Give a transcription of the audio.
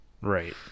Right